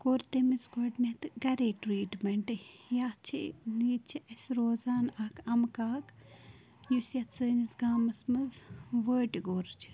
کوٚر تٔمِس گۄڈٕنٮ۪تھ گَرے ٹریٖٹمنٛٹ یا چھِ ییٚتہِ چھِ اسہِ روزان اَکھ اَمہٕ کاک یُس یَتھ سٲنِس گامَس منٛز وٲٹۍ گوٚر چھِ